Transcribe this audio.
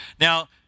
Now